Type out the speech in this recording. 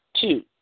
Two